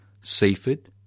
Seaford